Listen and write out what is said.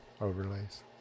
overlays